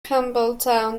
campbeltown